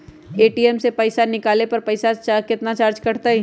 ATM से पईसा निकाले पर पईसा केतना चार्ज कटतई?